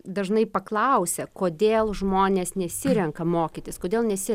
dažnai paklausia kodėl žmonės nesirenka mokytis kodėl nesi